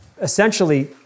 essentially